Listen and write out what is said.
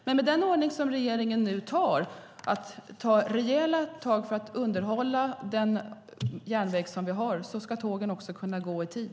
Men med den ordning som regeringen nu tar - det handlar om att ta rejäla tag för att underhålla den järnväg som vi har - ska tågen också kunna gå i tid.